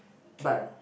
but